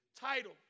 title